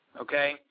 Okay